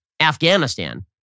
Afghanistan